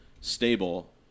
stable